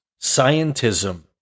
scientism